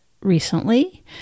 recently